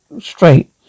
straight